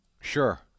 Sure